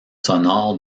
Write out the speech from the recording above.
sonores